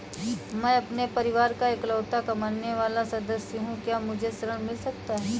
मैं अपने परिवार का इकलौता कमाने वाला सदस्य हूँ क्या मुझे ऋण मिल सकता है?